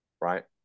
right